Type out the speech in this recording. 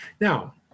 Now